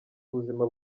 ubuzima